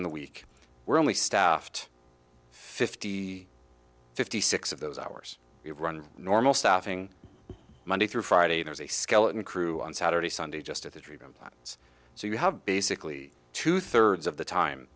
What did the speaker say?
in the week we're only staffed fifty fifty six of those hours we've run normal staffing monday through friday there's a skeleton crew on saturday sunday just at the treatment plants so you have basically two thirds of the time